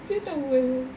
dia macam world